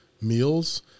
meals